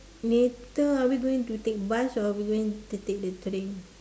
later are we going to take bus or are we going to take the train